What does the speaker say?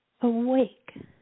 awake